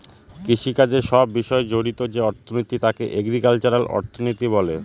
কৃষিকাজের সব বিষয় জড়িত যে অর্থনীতি তাকে এগ্রিকালচারাল অর্থনীতি বলে